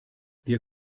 wir